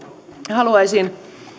haluaisin